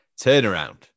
turnaround